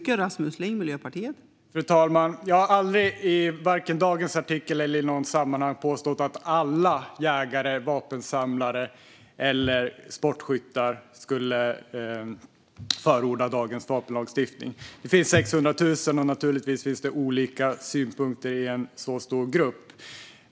Fru talman! Jag har aldrig, varken i dagens artikel eller i något sammanhang, påstått att alla jägare, vapensamlare och sportskyttar skulle förorda dagens vapenlagstiftning. Det finns 600 000, och naturligtvis finns det olika synpunkter i en så stor grupp.